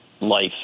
life